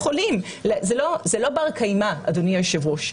זה לא בר קיימא, אדוני היושב ראש.